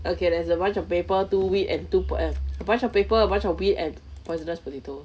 okay there's a bunch of paper two wheat and two f~ a bunch of paper a bunch of wheat and poisonous potato